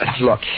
Look